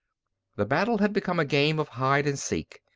the battle had become a game of hide and seek,